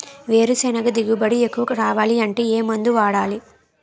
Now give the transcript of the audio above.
వేరుసెనగ దిగుబడి ఎక్కువ రావాలి అంటే ఏ మందు వాడాలి?